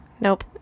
nope